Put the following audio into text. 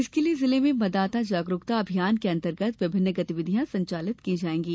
इसके लिये जिले में मतदाता जागरूकता अभियान के अंतर्गत विभिन्न गतिविधियां संचालित की जाएंगी